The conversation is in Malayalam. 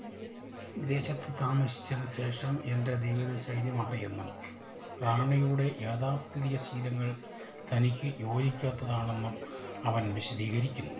വിദേശത്ത് താമസിച്ചതിന് ശേഷം എന്റെ ജീവിത ശൈലി മാറിയെന്നും റാണിയുടെ യാഥാസ്ഥിതിക ശീലങ്ങൾ തനിക്ക് യോജിക്കാത്തതാണെന്നും അവൻ വിശദീകരിക്കുന്നു